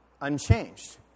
unchanged